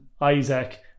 Isaac